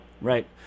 Right